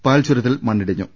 പാൽചുരത്തിൽ മണ്ണിടിഞ്ഞു